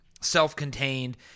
self-contained